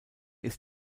ist